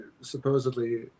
supposedly